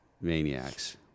maniacs